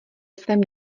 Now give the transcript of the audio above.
svém